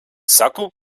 saku